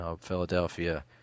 Philadelphia